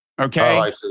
Okay